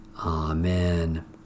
Amen